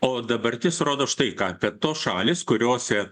o dabartis rodo štai ką kad tos šalys kuriose